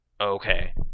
Okay